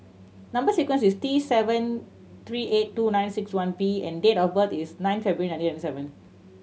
number sequence is T seven three eight two nine six one P and date of birth is nine February nineteen ninety seven